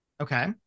Okay